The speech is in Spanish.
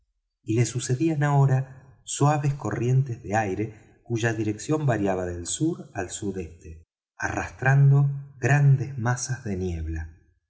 y le sucedían ahora suaves corrientes de aire cuya dirección variaba del sur al sudeste arrastrando grandes masas de niebla